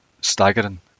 staggering